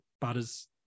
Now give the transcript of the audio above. Butters